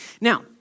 Now